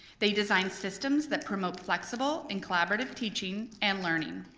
they design systems that promote flexible and collaborative teaching and learning.